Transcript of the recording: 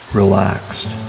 relaxed